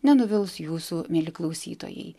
nenuvils jūsų mieli klausytojai